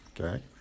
okay